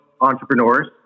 entrepreneurs